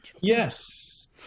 yes